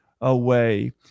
away